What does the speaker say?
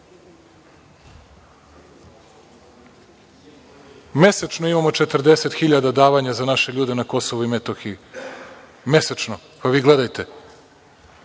imamo 40.000 davanja za naše ljude na Kosovu i Metohiji, mesečno, pa vi gledajte.